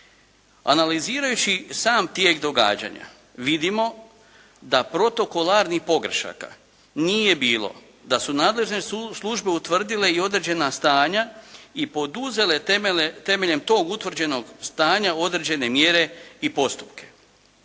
Analizirajući sam tijek događanja vidimo da protokolarnih pogrešaka nije bilo, da su nadležne službe utvrdile i određena stanja i poduzele temeljem tog utvrđenog stanja određene mjere i postupke.